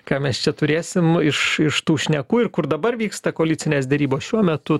ką mes čia turėsim iš iš tų šnekų ir kur dabar vyksta koalicinės derybos šiuo metu